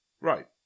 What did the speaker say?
right